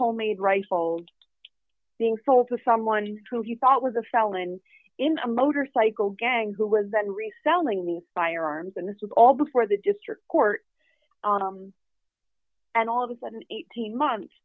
homemade rifle being sold to someone who he thought was a felon in a motorcycle gang who was then reselling the firearms and this was all before the district court and all of a sudden eighteen months